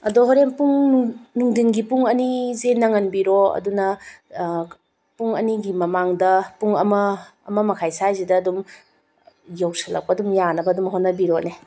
ꯑꯗꯣ ꯍꯣꯔꯦꯟ ꯄꯨꯡ ꯅꯨꯡꯊꯤꯟꯒꯤ ꯄꯨꯡ ꯑꯅꯤꯁꯦ ꯅꯪꯍꯟꯕꯤꯔꯣ ꯑꯗꯨꯅ ꯄꯨꯡ ꯑꯅꯤꯒꯤ ꯃꯃꯥꯡꯗ ꯄꯨꯡ ꯑꯃ ꯑꯃ ꯃꯈꯥꯏ ꯁ꯭ꯋꯥꯏꯁꯤꯗ ꯑꯗꯨꯝ ꯌꯧꯁꯤꯜꯂꯛꯄ ꯑꯗꯨꯝ ꯌꯥꯅꯕ ꯑꯗꯨꯝ ꯍꯣꯠꯅꯕꯤꯔꯣꯅꯦ